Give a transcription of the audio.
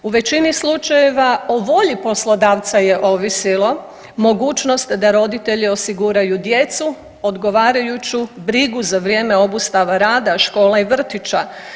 U većini slučajeva o volji poslodavca je ovisilo mogućnost da roditelji osiguraju djecu odgovarajuću brigu za vrijeme obustave rada škola i vrtića.